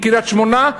מקריית-שמונה,